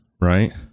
right